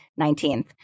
19th